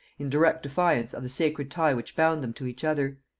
in direct defiance of the sacred tie which bound them to each other.